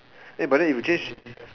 eh but then if you change